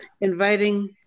Inviting